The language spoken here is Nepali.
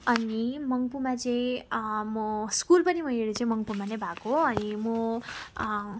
अनि मङ्पुमा चाहिँ म स्कुल पनि मेरो चाहिँ मङ्पुमा नै भएको अनि म